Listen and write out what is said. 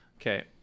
okay